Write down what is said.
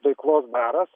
veiklos baras